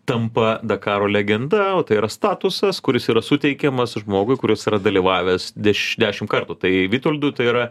tampa dakaro legenda o tai yra statusas kuris yra suteikiamas žmogui kuris yra dalyvavęs deš dešim kartų tai vitoldui tai yra